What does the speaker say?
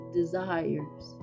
desires